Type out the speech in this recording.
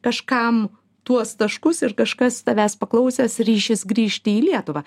kažkam tuos taškus ir kažkas tavęs paklausęs ryšis grįžti į lietuvą